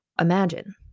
Imagine